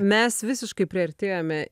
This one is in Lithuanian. mes visiškai priartėjome